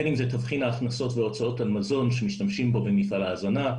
בין אם זה תבחין ההכנסות וההוצאות על מזון שמשתמשים בו במפעל ההזנה,